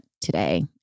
today